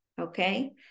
okay